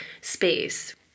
space